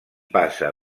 passa